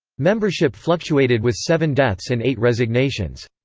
membership fluctuated with seven deaths and eight resignations.